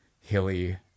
hilly